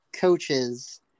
Coaches